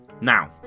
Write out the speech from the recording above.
now